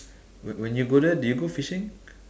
when when you go there do you go fishing